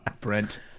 Brent